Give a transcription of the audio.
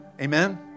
Amen